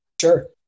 sure